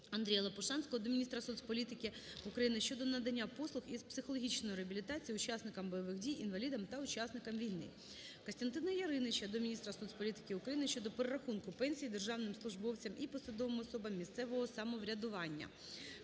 Андрія Лопушанського до міністра соцполітики України щодо надання послуг із психологічної реабілітації учасникам бойових дій, інвалідам та учасникам війни. Костянтина Яриніча до міністра соцполітики України щодо перерахунку пенсій державним службовцям і посадовим особам місцевого самоврядування.